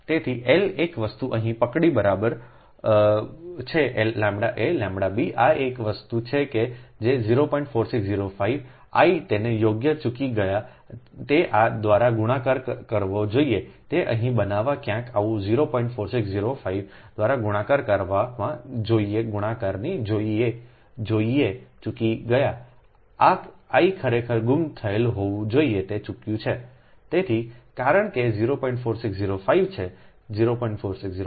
તેથી L એક વસ્તુ અહીં પકડી બરાબર છેʎaʎb I એક વસ્તુ છે કે જે 04605 I તેને યોગ્ય ચૂકી ગયા તે આ દ્વારા ગુણાકાર કરવો જોઇએ તે અહીં બનાવવા ક્યાંક આ 04605 દ્વારા ગુણાકાર કરવામાં જોઈએ ગુણાકારની જોઇએ ચૂકી ગયા I ખરેખર ગુમ થયેલ હોવું જોઈએ તે ચૂક્યું છે તેથી કારણ કે અહીં તે 0